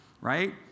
right